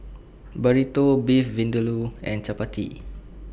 Burrito Beef Vindaloo and Chapati